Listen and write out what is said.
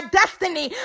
destiny